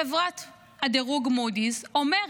חברת הדירוג מודי'ס אומרת: